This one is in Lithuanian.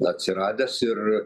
atsiradęs ir